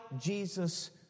Jesus